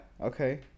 okay